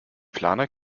planer